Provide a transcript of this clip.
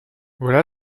voilà